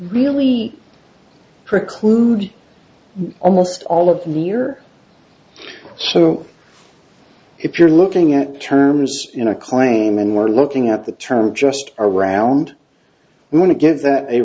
really preclude almost all of the year so if you're looking at the terms in a claim and we're looking at the term just around we want to give that a